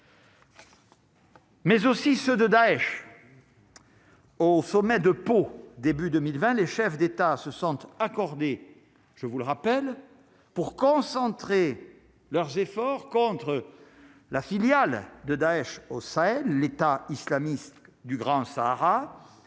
Mais aussi ceux de Daech, au sommet de Pau, début 2020 les chefs d'État se sentent accordé, je vous le rappelle, pour concentrer leurs efforts contre la filiale de Daech au sein l'État islamiste du Grand Sahara